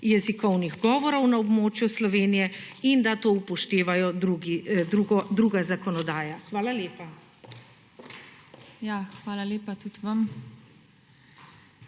jezikovnih govorov na območju Slovenije in da to upošteva druga zakonodaja. Hvala lepa. PODPREDSEDNICA TINA